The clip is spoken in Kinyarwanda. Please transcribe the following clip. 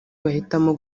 bahitamo